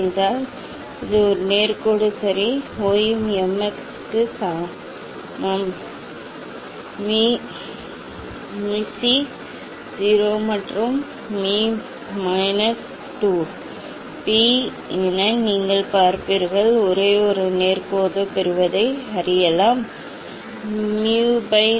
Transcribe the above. lambda cube மூலம் 1 இன் செயல்பாடாக லாம்ப்டா க்யூப் 1 இன் செயல்பாடாக டி லாம்ப்டாவால் டி முவை சதி செய்தால் சரி அதற்கு பதிலாக நீங்கள் 1 ஐ லாம்ப்டா கியூப் டி மு மூலம் டி லாம்ப்டா சரி செய்தால் இது ஒரு நேர் கோடு சரி y mx க்கு சமம் மீ மீ சி 0 மற்றும் மீ மைனஸ் 2 பி என நீங்கள் பார்ப்பீர்கள் ஒரு நேர் கோட்டைப் பெறுவதை நீங்கள் காண்பீர்கள் சிதறல் சக்தி அலைநீளத்தையும் அது எவ்வாறு சார்ந்துள்ளது என்பதையும் காட்டுகிறது